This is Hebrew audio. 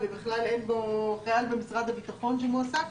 חייל במשרד הביטחון שמועסק.